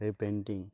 সেই পেইণ্টিং